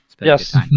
Yes